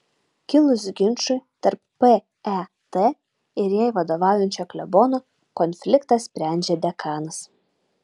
kilus ginčui tarp pet ir jai vadovaujančio klebono konfliktą sprendžia dekanas